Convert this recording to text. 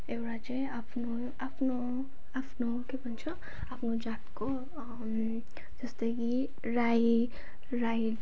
एउटा चाहिँ आफ्नो आफ्नो आफ्नो के भन्छ आफ्नो जातको जस्तै कि राई राई